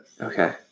Okay